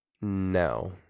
no